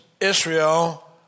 Israel